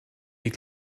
des